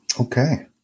Okay